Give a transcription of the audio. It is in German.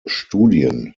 studien